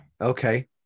okay